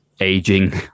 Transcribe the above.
aging